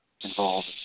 involved